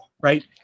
right